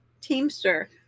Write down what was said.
teamster